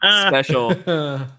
special